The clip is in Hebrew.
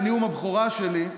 בנאום הבכורה שלי,